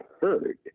heard